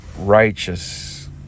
righteous